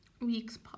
Weeks